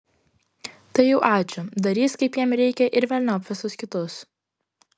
tai jau ačiū darys kaip jam reikia ir velniop visus kitus